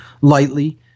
lightly